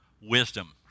wisdom